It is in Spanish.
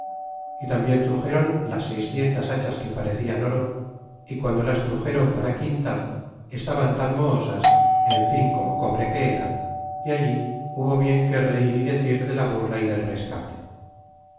y tambien truxéron las seiscientas hachas que parecian oro y guando las truxéron para quintar estaban tan mohosas en fin como cobre que era y alli hubo bien que reir y decir de la burla y del rescate